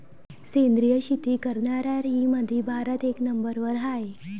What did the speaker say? सेंद्रिय शेती करनाऱ्याईमंधी भारत एक नंबरवर हाय